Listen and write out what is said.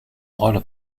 rôle